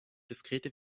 diskrete